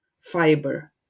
fiber